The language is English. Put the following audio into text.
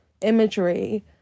imagery